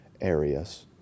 areas